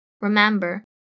Remember